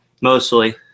mostly